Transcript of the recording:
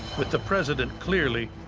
with the president clearly,